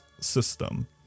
system